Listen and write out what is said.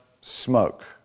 smoke